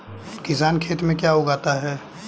किसान खेत में क्या क्या उगाता है?